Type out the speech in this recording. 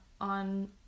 on